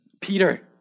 Peter